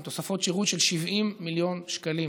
עם תוספות שירות של 70 מיליון שקלים,